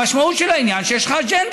המשמעות של העניין היא שיש לך אג'נדה.